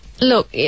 Look